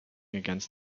against